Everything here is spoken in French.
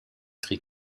tri